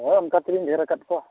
ᱦᱳᱭ ᱚᱱᱠᱟ ᱛᱮᱞᱤᱧ ᱰᱷᱮᱨ ᱟᱠᱟᱫ ᱜᱮᱭᱟ